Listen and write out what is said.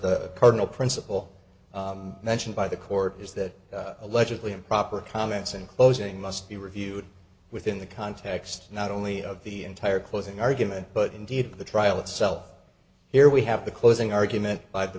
the cardinal principle mentioned by the court is that allegedly improper comments in closing must be reviewed within the context not only of the entire closing argument but indeed the trial itself here we have the closing argument by the